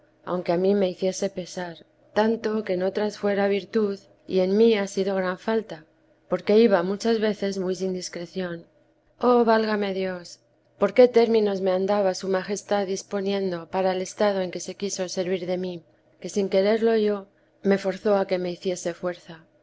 aunque a mí me hiciese pesar tanto que en otras fuera virtud y en mí ha sido gran falta porque iba muchas veces muy sin discreción oh válame dios por qué términos me andaba su majestad disponiendo para el estado en que se quiso servir de mí que sin quererlo yo me forzó a que me hiciese fuerza